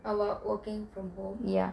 about working from home